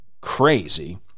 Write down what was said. crazy